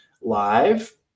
live